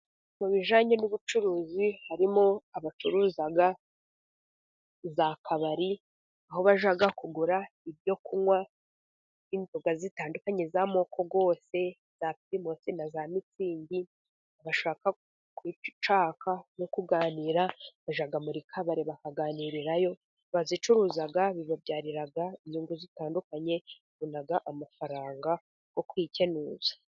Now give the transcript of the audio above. Mu bijyanye n'ubucuruzi harimo abacuruza za kabari, aho bajya kugura ibyo kunywa inzoga zitandukanye z'amoko yose, za Pirimusi na za Mitsingi, abashaka kwica icyaka no kuganira bajya muri kabare bakaganirirayo, abazicuruza bibabyarira inyungu zitandukanye, babona amafaranga yo kwikenuza.